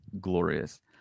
glorious